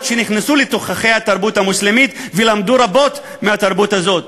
שנכנסו לתוככי התרבות המוסלמית ולמדו רבות מהתרבות הזאת.